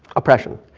oppression.